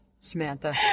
Samantha